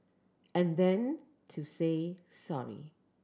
and then to say sorry